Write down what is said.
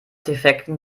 defekten